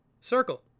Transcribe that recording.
Circle